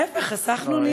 ההפך, חסכנו נייר.